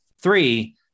three